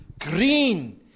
green